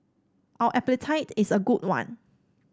our appetite is a good one